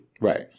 Right